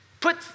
Put